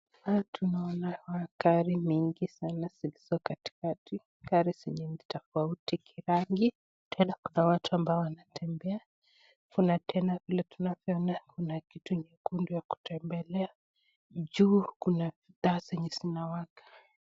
Hapa tunaona magari mingi sana zilizokatika. Gari zenye ni tofauti kirangi. Tena kuna watu ambao wanatembea. Kuna tena vile tunaona kuna kitu nyekundu ya kutembelea. Juu kuna taa zenye zinawaka.